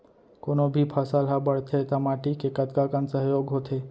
कोनो भी फसल हा बड़थे ता माटी के कतका कन सहयोग होथे?